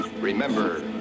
remember